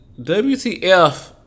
WTF